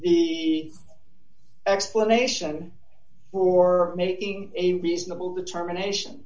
the explanation or making a reasonable determination